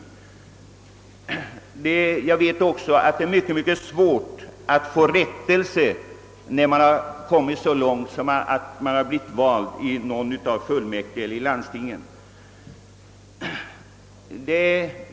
Jag vet också att det är mycket svårt att få rättelse när saken gått så långt att man väl blivit vald.